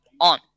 on